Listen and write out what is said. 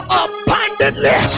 abundantly